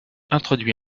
introduit